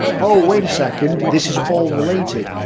oh, wait a second, this is all related.